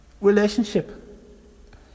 relationship